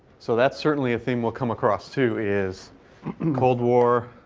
so that's certainly a thing we'll come across, too, is and cold war